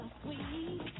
sweet